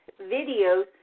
videos